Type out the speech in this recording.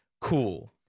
Cool